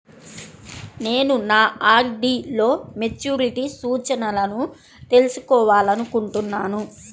నేను నా ఆర్.డీ లో మెచ్యూరిటీ సూచనలను తెలుసుకోవాలనుకుంటున్నాను